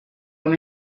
una